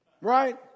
Right